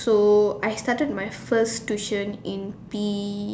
so I started my first tuition in P